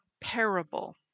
parable